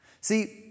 See